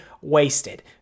wasted